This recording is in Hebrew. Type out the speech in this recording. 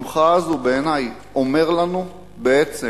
המחאה הזאת, בעיני, אומר לנו בעצם: